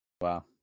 Wow